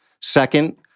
Second